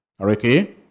Okay